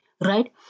Right